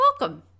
welcome